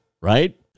right